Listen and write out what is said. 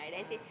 ah